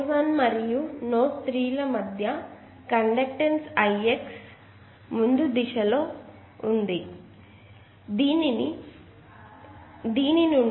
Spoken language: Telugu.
1 మరియు 3 నోడ్ల మధ్య కరెంట్ సోర్స్ Ix ముందు దిశలో ఉంచుతాను